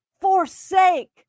forsake